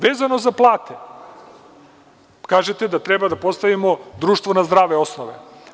Vezano za plate, kažete da treba da postavimo društvo na zdrave osnove.